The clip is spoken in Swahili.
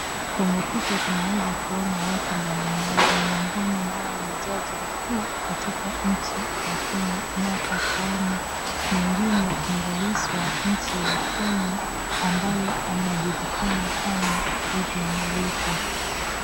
kwenye picha tunaeza kuona watu mbali mbali miongoni mwao ni jaji mkuu katika nchi ya Kenya Bi Martha koome. Mwingine ni Rais wa nchi ya Kenya ambaye anajulikana kama William Ruto.